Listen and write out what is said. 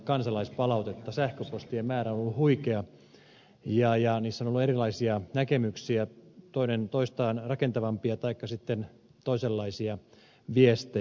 sähköpostien määrä on ollut huikea ja niissä on ollut erilaisia näkemyksiä toinen toistaan rakentavampia taikka sitten toisenlaisia viestejä